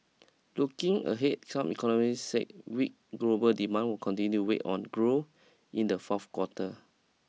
looking ahead some economists said weak global demand will continue weigh on growth in the fourth quarter